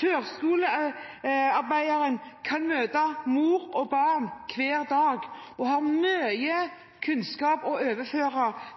Førskolearbeideren kan møte mor og barn hver dag og ha mye kunnskap å overføre